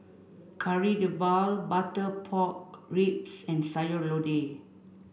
Kari Debal Butter Pork Ribs and Sayur Lodeh